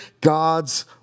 God's